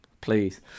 please